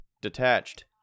detached